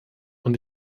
und